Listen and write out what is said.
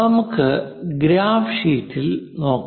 നമുക്ക് graph sheet നോക്കാം